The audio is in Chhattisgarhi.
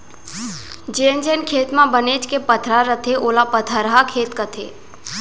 जेन खेत म बनेच के पथरा रथे ओला पथरहा खेत कथें